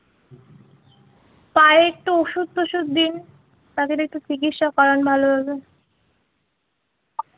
পায়ে একটু ওষুধ টষুধ দিন পাখির একটু চিকিৎসা করান ভালোভাবে